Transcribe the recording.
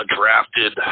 drafted